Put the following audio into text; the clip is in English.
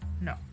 No